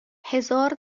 هزار